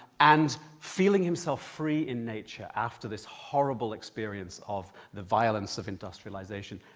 and feeling himself free in nature after this horrible experience of the violence of industrialisation.